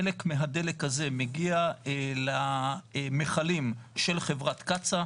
חלק מהדלק הזה מגיע למכלים של חברת קצא"א,